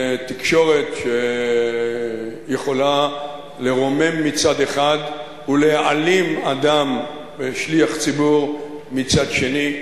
תקשורת שיכולה לרומם מצד אחד ולהעלים אדם שליח ציבור מצד שני.